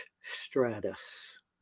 Stratus